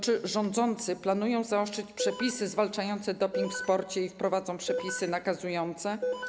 Czy rządzący planują zaostrzyć przepisy zwalczające doping w sporcie i wprowadzą przepisy nakazujące?